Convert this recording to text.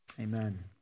Amen